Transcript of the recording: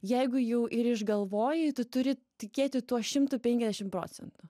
jeigu jau ir išgalvojai tu turi tikėti tuo šimtu penkiadešim procentų